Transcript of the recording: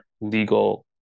legal